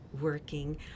working